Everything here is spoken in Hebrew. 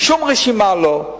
שום רשימה לא.